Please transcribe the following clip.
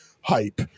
hype